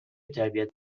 تربیت